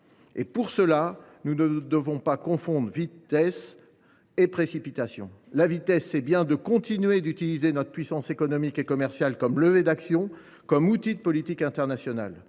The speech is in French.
que cela. Ne confondons donc pas vitesse et précipitation. La vitesse, c’est continuer d’utiliser notre puissance économique et commerciale comme levier d’action, comme outil de politique internationale.